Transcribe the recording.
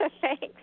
thanks